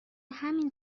همین